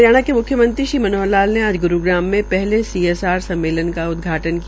हरियाणा के मुख्यमंत्री श्री मनोहर लाल ने आज ग्रूग्राम में हले सीएसआर सम्मेलन का उदघाटन किया